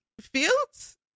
Fields